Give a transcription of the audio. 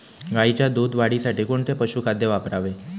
गाईच्या दूध वाढीसाठी कोणते पशुखाद्य वापरावे?